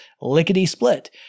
lickety-split